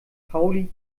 pauli